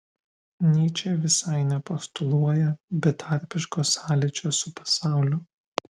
nyčė visai nepostuluoja betarpiško sąlyčio su pasauliu